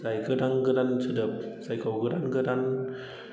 जाय गोदान गोदान सोदोब जायखौ गोदान गोदान